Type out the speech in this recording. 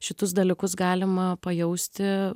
šitus dalykus galima pajausti